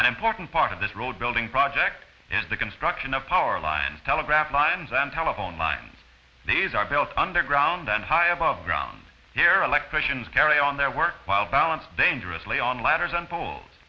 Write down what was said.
an important part of this road building project is the construction of power lines telegraph lines and telephone lines these are built underground then high above ground there electricians carry on their work while balance dangerously on ladders